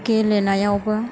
गेलेनायावबो